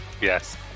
Yes